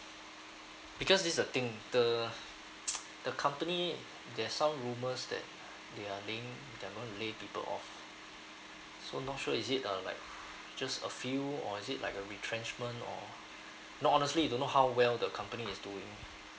because this is the thing the the company there's some rumours that they're laying they are laying people off so not sure is it uh like just a few or is it like a retrenchment or no honestly you don't know how well the company is doing